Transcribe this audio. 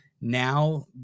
Now